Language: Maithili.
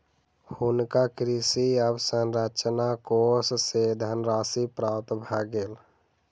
हुनका कृषि अवसंरचना कोष सँ धनराशि प्राप्त भ गेल